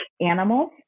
animals